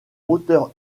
moteur